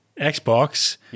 Xbox